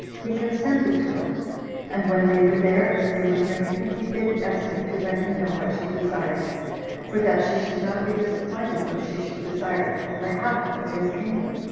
he consented to it and when they were there, as they were drinking, he bid esther to let him know what she desired for that she should not be disappointed though she should desire the half of his kingdom.